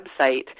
website